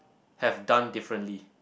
have done differently